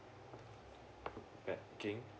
banking